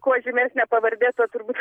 kuo žymesnė pavardė to turbūt